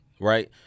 right